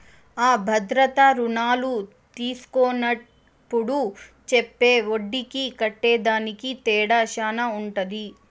అ భద్రతా రుణాలు తీస్కున్నప్పుడు చెప్పే ఒడ్డీకి కట్టేదానికి తేడా శాన ఉంటది